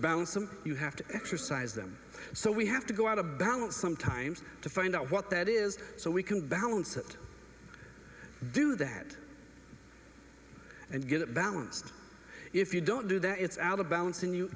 balance them you have to exercise them so we have to go out of balance sometimes to find out what that is so we can balance it do that and get it balanced if you don't do that it's out of balance in you